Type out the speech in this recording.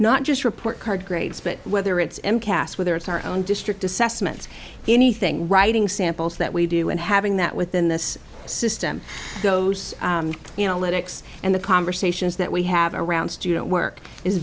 not just report card grades but whether it's in cas whether it's our own district assessments anything writing samples that we do and having that within this system you know let x and the conversations that we have around student work is